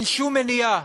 היום אין שום מניעה,